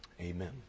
Amen